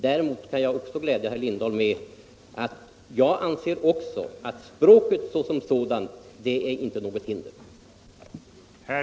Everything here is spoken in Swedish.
Dessutom kan jag glädja herr Lindahl med att jag också anser att språket såsom sådant inte är något hinder.